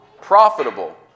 profitable